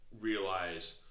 realize